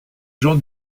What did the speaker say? jean